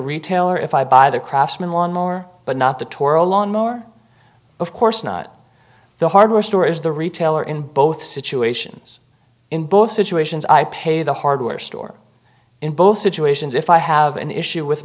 retailer if i buy the craftsman one more but not the torah lawnmower of course not the hardware store is the retailer in both situations in both situations i pay the hardware store in both situations if i have an issue with